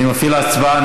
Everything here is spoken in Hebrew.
אני מפעיל הצבעה.